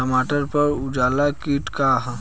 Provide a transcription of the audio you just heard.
टमाटर पर उजला किट का है?